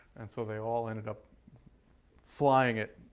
and so they all ended up flying it